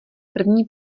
první